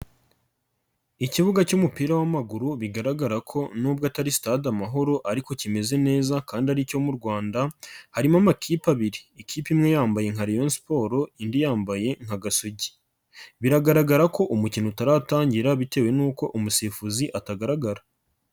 Ikibuga cy'umupira w'amaguru bigaragara ko nubwo atari sitade Amahoro ariko kimeze neza kandi ari icyo mu Rwanda, harimo amakipe abiri. Ikipe imwe yambaye nka Rayon sports, indi yambaye nka Gasogi. Biragaragara ko umukino utaratangira bitewe n'uko umusifuzi atagaragara.